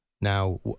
Now